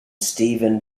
steven